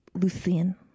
lucian